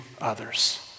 others